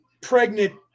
pregnant